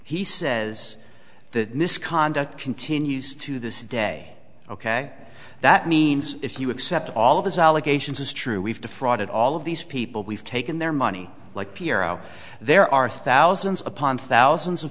he says that misconduct continues to this day ok that means if you accept all of these allegations as true we've defrauded all of these people we've taken their money like piero there are thousands upon thousands of